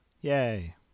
Yay